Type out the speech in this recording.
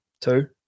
Two